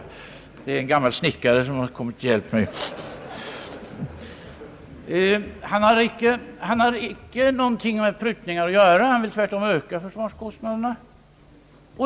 Herr Holmberg har inte någonting med prutningar att göra. Han vill tvärtom öka försvarskostnaderna.